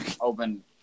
open